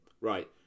Right